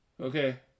Okay